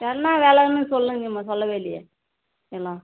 என்ன விலன்னு சொல்லுங்க ம் சொல்லவே இல்லையே எல்லாம்